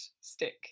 stick